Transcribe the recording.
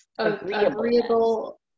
agreeable